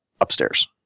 upstairs